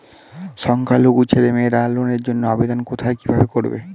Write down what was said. সংখ্যালঘু ছেলেমেয়েরা লোনের জন্য আবেদন কোথায় কিভাবে করবে?